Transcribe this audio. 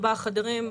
ארבעה חדרים,